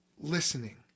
listening